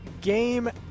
game